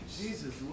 Jesus